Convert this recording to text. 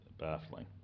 baffling